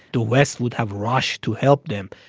the west would have rushed to help them.